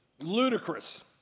Ludicrous